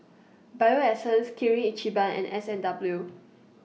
Bio Essence Kirin Ichiban and S and W